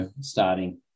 starting